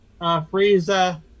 Frieza